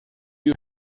you